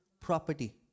property